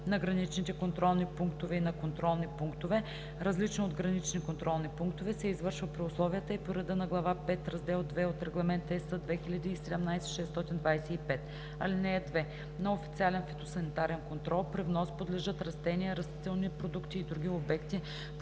на граничните контролни пунктове и на контролни пунктове, различни от гранични контролни пунктове, се извършва при условията и по реда на глава V, раздел II от Регламент (ЕС) 2017/625. (2) На официален фитосанитарен контрол при внос подлежат растения, растителни продукти и други обекти